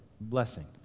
blessing